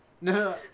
No